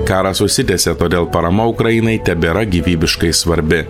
karas užsitęsė todėl parama ukrainai tebėra gyvybiškai svarbi